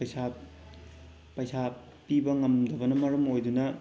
ꯄꯩꯁꯥ ꯄꯩꯁꯥ ꯄꯤꯕ ꯉꯝꯗꯕꯅ ꯃꯔꯝ ꯑꯣꯏꯗꯨꯅ